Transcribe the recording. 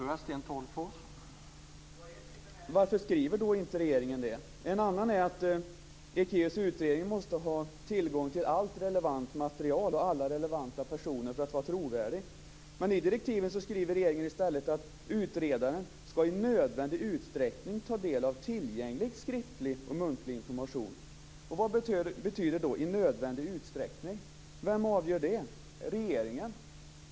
Herr talman! En given följdfråga blir då: Varför skriver regeringen inte det? Vidare måste ju Ekéus utredning ha tillgång till allt relevant material och alla relevanta personer för att vara trovärdig. Men i direktiven skriver regeringen i stället att utredaren i nödvändig utsträckning ska ta del av tillgänglig skriftlig och muntlig information. Vad betyder då i nödvändig utsträckning? Vem avgör det? Är det regeringen?